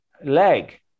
leg